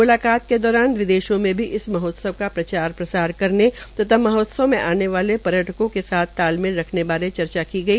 म्लाकात के दौरान विदेशों में भी इस महोत्सव का प्रचार प्रसार करने तथा महोत्सव में आने वाले पर्यटकों के साथ तालमेल रखने बारे चर्चा की गई